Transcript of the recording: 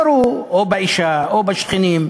ירו באישה או בשכנים.